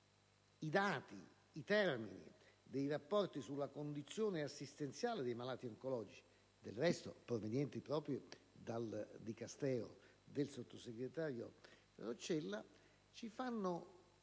i dati e i termini dei rapporti sulla condizione assistenziale dei malati oncologici, del resto forniti proprio dal Dicastero del sottosegretario Roccella, ci portano